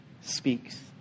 speaks